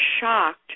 shocked